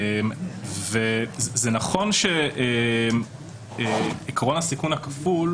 זה נכון שעיקרון הסיכון הכפול,